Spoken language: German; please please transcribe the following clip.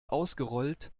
ausgerollt